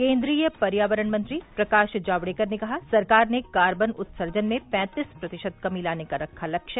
केन्द्रीय पर्यावरण मंत्री प्रकाश जावडेकर ने कहा सरकार ने कार्बन उत्सर्जन में पैंतीस प्रतिशत कमी लाने का रखा लक्ष्य